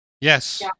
Yes